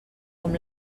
com